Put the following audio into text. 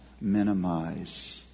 minimize